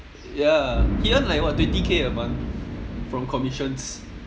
ya he earn like what twenty K a month from commissions